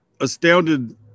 astounded